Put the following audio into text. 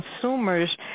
consumers